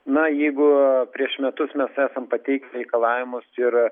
na jeigu prieš metus mes esam pateikę reikalavimus ir